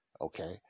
okay